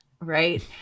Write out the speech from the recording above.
right